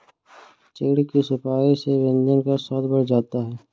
चिढ़ की सुपारी से व्यंजन का स्वाद बढ़ जाता है